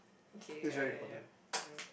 okay ya ya ya ya